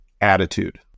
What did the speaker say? attitude